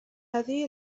هذه